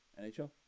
NHL